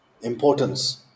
importance